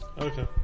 Okay